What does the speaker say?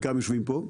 חלקם יושבים פה,